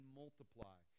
multiply